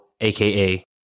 aka